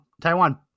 Taiwan